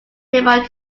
nearby